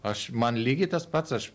aš man lygiai tas pats aš